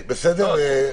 בסדר?